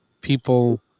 people